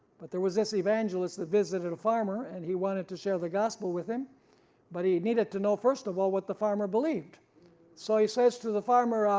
but there was this evangelist that visited a farmer and he wanted to share the gospel with him but he needed to know first of all what the farmer believed so he says to the farmer, ah